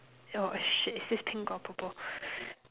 oh shit is this pink or purple